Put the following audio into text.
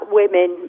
women